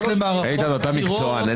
איתן, אתה מקצוען.